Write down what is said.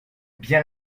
bien